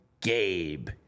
Gabe